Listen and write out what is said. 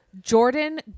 Jordan